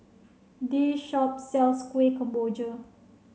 this shop sells Kuih Kemboja